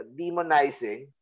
demonizing